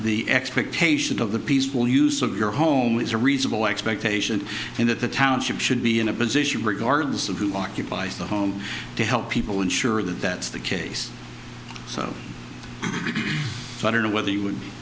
the expectation of the peaceful use of your home is a reasonable expectation and that the township should be in a position regardless of who occupies the home to help people ensure that that's the case so i don't know whether you would